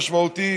משמעותי